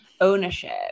ownership